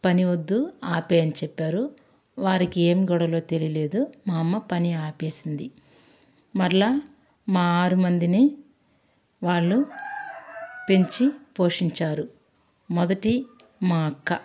పని వద్దు ఆపేయి అని చెప్పారు వారికి ఏం గొడవలో తెలియలేదు మా అమ్మ పని ఆపేసింది మరలా మా ఆరు మందిని వాళ్ళు పెంచి పోషించారు మొదట మా అక్క